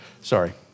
Sorry